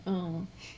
嗯